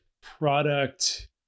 product